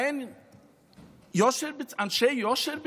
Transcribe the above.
האין אנשי יושר בציון?